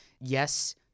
yes